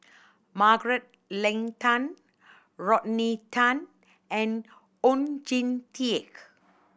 Margaret Leng Tan Rodney Tan and Oon Jin Teik